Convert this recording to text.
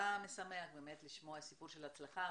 מאוד משמח לשמוע סיפור של הצלחה.